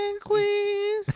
queen